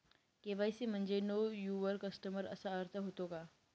KYC म्हणजे know your customer असा अर्थ होतो का?